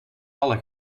alle